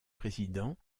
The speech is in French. président